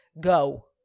Go